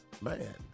Man